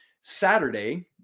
Saturday